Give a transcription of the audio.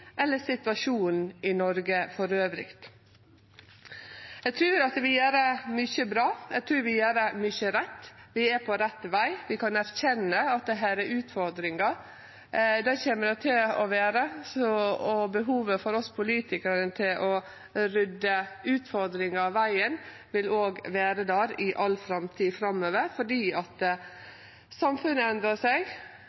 eller situasjonen i Noreg elles. Eg trur vi gjer mykje bra. Eg trur vi gjer mykje rett. Vi er på rett veg. Vi kan erkjenne at det er utfordringar. Det kjem det til å vere, og behovet for at vi politikarar skal rydde utfordringar av vegen, vil også vere der i all framtid, fordi